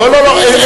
לא, לא, לא.